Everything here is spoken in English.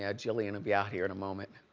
yeah, jillian will be out here in a moment.